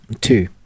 Two